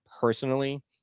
personally